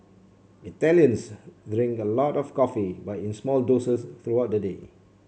Italians drink a lot of coffee but in small doses throughout the day